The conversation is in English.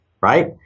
right